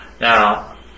now